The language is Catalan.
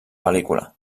pel·lícula